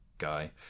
guy